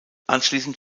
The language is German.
anschließend